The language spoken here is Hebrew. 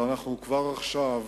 כבר עכשיו,